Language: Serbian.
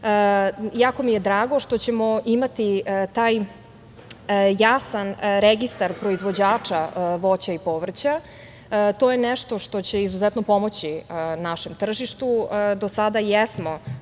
mi je drago što ćemo imati taj jasan registar proizvođača voća i povrća. To je nešto što će izuzetno pomoći našem tržištu. Do sada jesmo